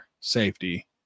safety